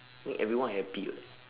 make everyone happy [what]